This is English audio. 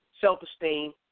self-esteem